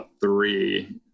three